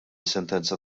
sentenza